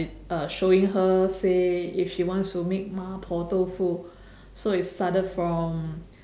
uh showing her say if she wants to make 麻婆豆腐 so it started from